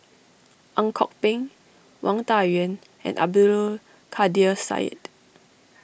Ang Kok Peng Wang Dayuan and Abdul Kadir Syed